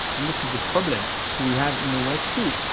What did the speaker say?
and this is a problem we have in the west too.